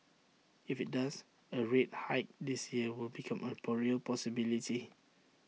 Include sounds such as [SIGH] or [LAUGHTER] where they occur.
if IT does A rate hike this year will become A [NOISE] real possibility